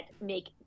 make